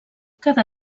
cada